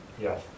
yes